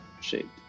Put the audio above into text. Shape